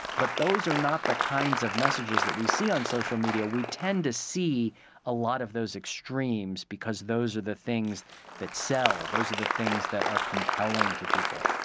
but those are not the kinds of messages that we see on social media. we tend to see a lot of those extremes because those are the things that sell, those are the things that are compelling to people.